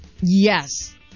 Yes